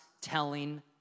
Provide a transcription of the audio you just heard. telling